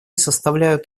составляют